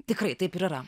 tikrai taip yra